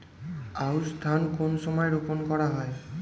আউশ ধান কোন সময়ে রোপন করা হয়?